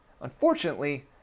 unfortunately